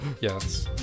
Yes